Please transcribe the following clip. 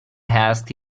asked